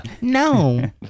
No